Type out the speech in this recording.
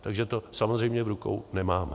Takže to samozřejmě v rukou nemáme.